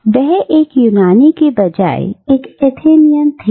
इसलिए वह एक यूनानी के बजाय एक एथेनियन थे